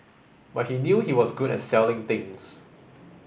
but he knew he was good at selling things